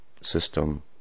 system